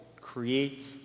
create